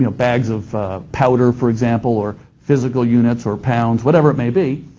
you know bags of powder, for example, or physical units or pounds, whatever it may be,